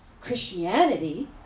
Christianity